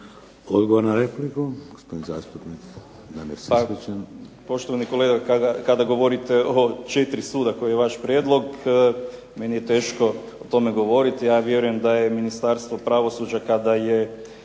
Odgovor na repliku, gospođa zastupnica